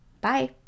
Bye